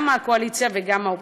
גם מהקואליציה וגם מהאופוזיציה.